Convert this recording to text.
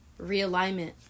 realignment